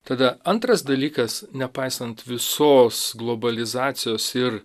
tada antras dalykas nepaisant visos globalizacijos ir